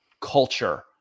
culture